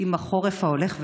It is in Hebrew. עם החורף ההולך וקרב.